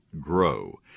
Grow